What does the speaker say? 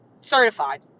certified